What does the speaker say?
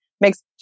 makes